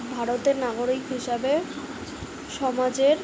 ভারতের নাগরিক হিসাবে সমাজের